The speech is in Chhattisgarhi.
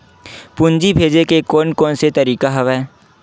पूंजी भेजे के कोन कोन से तरीका हवय?